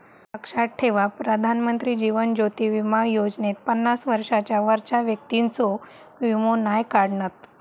लक्षात ठेवा प्रधानमंत्री जीवन ज्योति बीमा योजनेत पन्नास वर्षांच्या वरच्या व्यक्तिंचो वीमो नाय काढणत